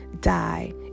die